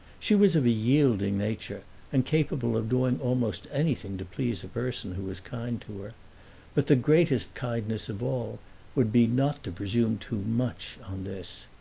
she was of a yielding nature and capable of doing almost anything to please a person who was kind to her but the greatest kindness of all would be not to presume too much on this.